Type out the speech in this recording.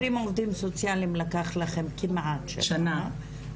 אם 120 עובדים סוציאליים לקח לכם כמעט שנה,